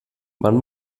man